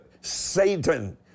Satan